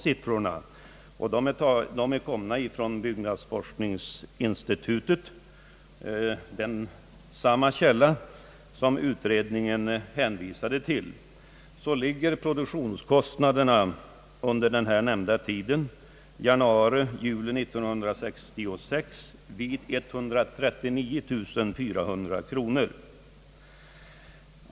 Siffrorna kommer från byggnadsforskningsinstitutet; samma källa som utredningen har hänvisat till. Produktionskostnaderna under tiden januari —juli år 1966 belöper sig till 139 400 kronor.